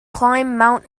climb